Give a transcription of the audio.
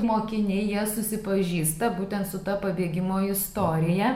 mokiniai jie susipažįsta būtent su ta pabėgimo istorija